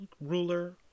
ruler